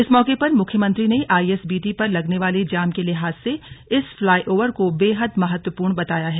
इस मौके पर मुख्यमंत्री ने आईएसबीटी पर लगने वाले जाम के लिहाज से इस फ्लाईओवर को बेहद महत्वपूर्ण बताया है